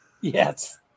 Yes